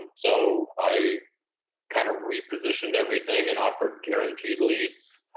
and so i kind of repositioned everything and offer guaranteed leads.